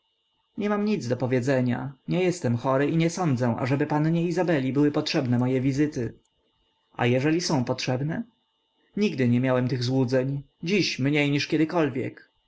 nie mam nic do powiedzenia nie jestem chory i nie sądzę ażeby pannie izabeli były potrzebne moje wizyty a jeżeli są potrzebne nigdy nie miałem tych złudzeń dziś mniej niż kiedykolwiek